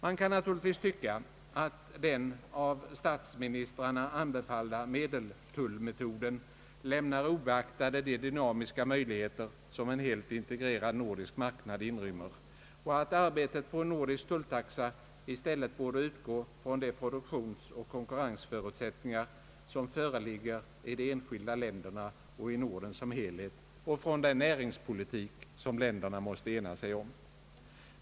Man kan naturligtvis tycka att den av statsministrarna anbefallda medeltullmetoden lämnar obeaktade de dynamiska möjligheter som en helt integre rad nordisk marknad inrymmer, och att arbetet på en nordisk tulltaxa i stället borde utgå från de produktionsoch konkurrensförutsättningar som föreligger i de enskilda länderna och i Norden som helhet och från den näringspolitik som länderna måste ena sig om.